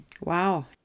Wow